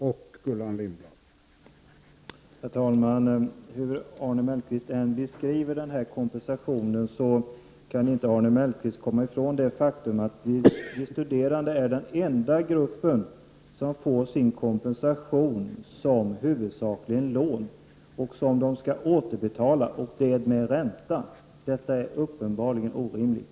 Herr talman! Hur Arne Mellqvist än beskriver den här kompensationen, kan han inte komma ifrån det faktum att de studerande är den enda grupp som får sin kompensation huvudsakligen som lån, som de skall återbetala, och det med ränta. Detta är uppenbarligen orimligt.